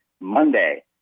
Monday